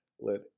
Let